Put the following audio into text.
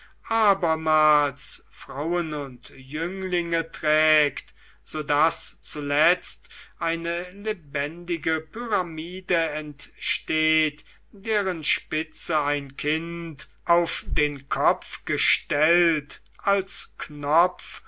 frauen und jünglinge trägt so daß zuletzt eine lebendige pyramide entsteht deren spitze ein kind auf den kopf gestellt als knopf